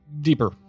deeper